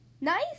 Nice